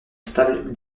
stable